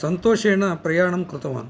सन्तोषेण प्रयाणं कृतवान्